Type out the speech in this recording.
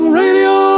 radio